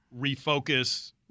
refocus